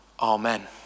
Amen